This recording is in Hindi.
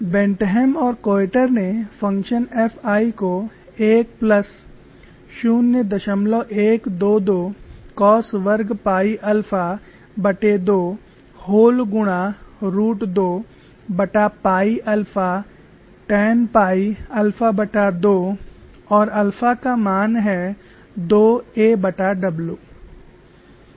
बेंटहेम और कोइटर ने फ़ंक्शन F I को 1 प्लस 0122 कोस वर्ग पाई अल्फा2 व्होल गुणा रूट 2पाई अल्फा टेन पाई अल्फा2 और अल्फा का मान है 2 aw